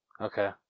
Okay